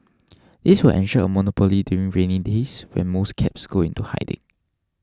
this will ensure a monopoly during rainy days when most cabs go into hiding